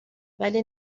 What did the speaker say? ولی